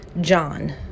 John